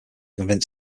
convince